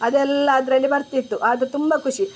ಅದೆಲ್ಲ ಅದರಲ್ಲಿ ಬರ್ತಿತ್ತು ಅದು ತುಂಬ ಖುಷಿ